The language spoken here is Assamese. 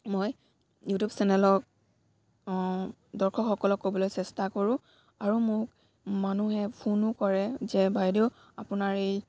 মই ইউটিউব চেনেলক দৰ্শকসকলক ক'বলৈ চেষ্টা কৰোঁ আৰু মোক মানুহে ফোনো কৰে যে বাইদেউ আপোনাৰ এই